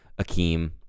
Akeem